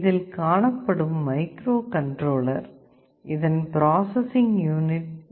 இதில் காணப்படும் micro controller இதன் பிராசசிங் யூனிட் எனப்படும்